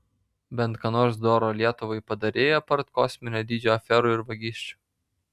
bent ką nors doro lietuvai padarei apart kosminio dydžio aferų ir vagysčių